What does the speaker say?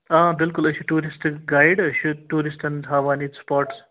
آ بِلکُل أسۍ چھِ ٹوٗرِسٹہٕ گایِڈ أسۍ چھِ ٹوٗرِسٹَن ہاوان ییٚتہِ سٕپاٹٕس